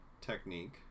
technique